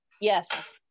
Yes